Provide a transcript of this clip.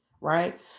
right